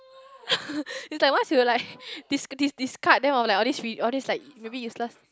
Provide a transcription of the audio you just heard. it's like once you like dis~ dis~ discard then all this re~ all this like maybe useless